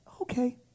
Okay